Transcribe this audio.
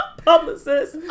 publicist